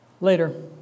later